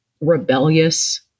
rebellious